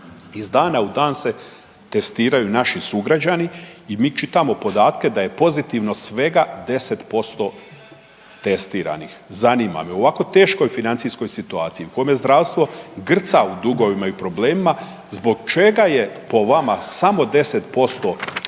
iz dana u dan se testiraju naši sugrađani i mi čitamo podatke da je pozitivno svega 10% testiranih. Zanima me u ovako teškoj financijskoj situaciji u kome zdravstvo grca u dugovima i problemima zbog čega je po vama samo 10% testiranih